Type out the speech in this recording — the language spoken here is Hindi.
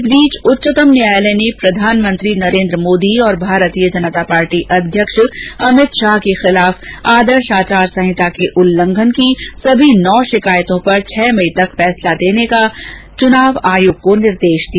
इस बीच उच्चतम न्यायालय ने प्रधानमंत्री नरेन्द्र मोदी और भारतीय जनता पार्टी अध्यक्ष अमित शाह के खिलाफ आदर्श आचार संहिता के उल्लंघन की सभी नौ शिकायतों पर छह मई तक फैसला देने का गुरूवार को चुनाव आयोग को निर्देश दिया